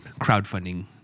crowdfunding